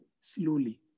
slowly